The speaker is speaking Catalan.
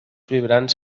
vibrants